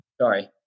sorry